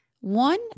one